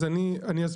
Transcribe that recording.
אז אני אסביר.